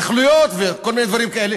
ההתנחלויות" וכל מיני דברים כאלה,